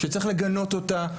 שצריך לגנות אותה,